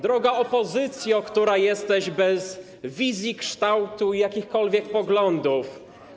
Droga opozycjo, która jesteś bez wizji kształtu jakichkolwiek poglądów.